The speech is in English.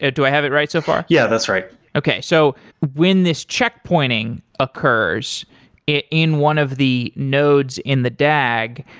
ah do i have it right so far? yeah. that's right. okay. so when this check pointing occurs in one of the nodes in the dag,